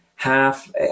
half